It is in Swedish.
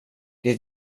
det